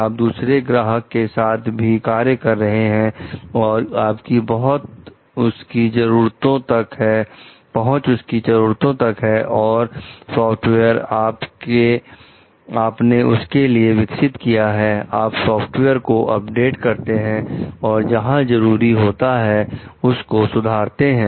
आप दूसरे ग्राहक के साथ भी कार्य कर रहे हैं और आपकी बहुत उसकी जरूरतों तक है और जो सॉफ्टवेयर आपने उनके लिए विकसित किया है आप सॉफ्टवेयर को अपडेट करते हैं और जहां जरूरत होती है उस को सुधारते हैं